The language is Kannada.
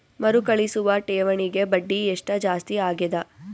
ಮರುಕಳಿಸುವ ಠೇವಣಿಗೆ ಬಡ್ಡಿ ಎಷ್ಟ ಜಾಸ್ತಿ ಆಗೆದ?